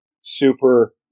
super